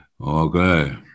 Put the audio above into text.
Okay